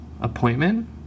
appointment